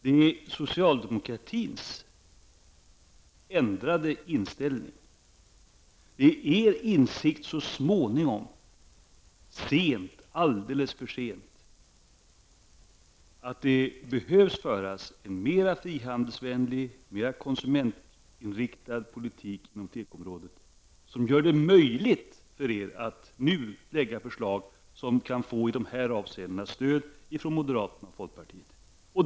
Det är socialdemokraternas ändrade inställning -- så småningom, ja, egentligen alldeles för sent har ju ni socialdemokrater kommit till insikt om att det är nödvändigt att föra en mera frihandelsvänlig och konsumentinriktad politik inom tekoområdet -- som gör att det är möjligt för er att nu lägga fram förslag som i dessa avseenden kan få stöd från moderaterna och folkpartiet.